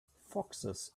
foxes